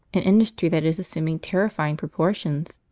an industry that is assuming terrifying proportions.